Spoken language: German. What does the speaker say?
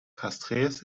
castries